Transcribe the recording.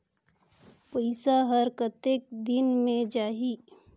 पइसा हर कतेक दिन मे जाही?